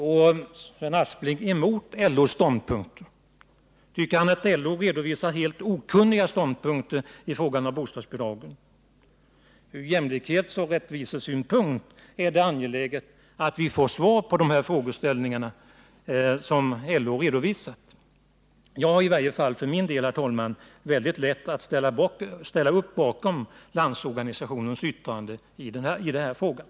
Går Sven Aspling emot LO:s ståndpunkt? Tycker han att LO redovisar helt okunniga ståndpunkter i fråga om bostadsbidragen? Ur jämlikhetsoch rättvisesynpunkt är det angeläget att vi får svar på dessa frågor som LO har redovisat. Jag har i varje fall för min del, herr talman, mycket lätt att ställa upp bakom LO:s yttrande i detta fall.